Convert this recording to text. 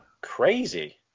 crazy